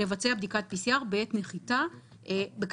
לבצע בדיקת PCR בעת כניסה לישראל,